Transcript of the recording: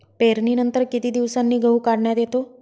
पेरणीनंतर किती दिवसांनी गहू काढण्यात येतो?